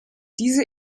diese